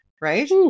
right